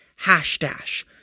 Hashdash